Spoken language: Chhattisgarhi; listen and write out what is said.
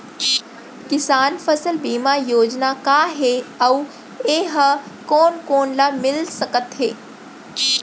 किसान फसल बीमा योजना का हे अऊ ए हा कोन कोन ला मिलिस सकत हे?